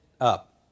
up